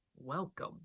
welcome